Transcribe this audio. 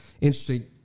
interesting